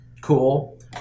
cool